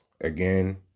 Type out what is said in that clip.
again